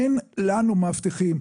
אין לנו מאבטחים.